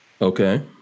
Okay